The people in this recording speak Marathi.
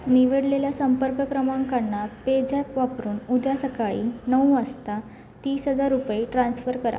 निवडलेल्या संपर्क क्रमांकांना पेझॅप वापरून उद्या सकाळी नऊ वाजता तीस हजार रुपये ट्रान्स्फर करा